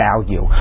value